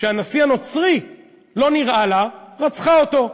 שהנשיא הנוצרי לא נראה לה, רצחה אותו.